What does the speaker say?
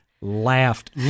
laughed